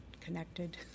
connected